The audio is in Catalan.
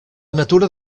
natura